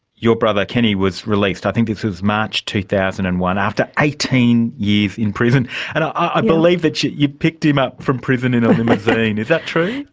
your brother kenny was released. i think this was march two thousand and one, after eighteen years in prison, and i believe that you you picked him up from prison in a limousine, is that true?